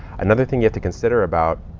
another thing you have to consider about,